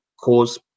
cause